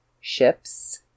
ships